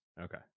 okay